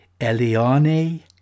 Eliane